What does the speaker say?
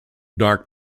dark